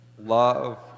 love